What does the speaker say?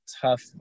tough